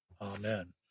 Amen